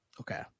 Okay